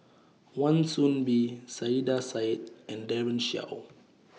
Wan Soon Bee Saiedah Said and Daren Shiau